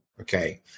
Okay